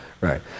Right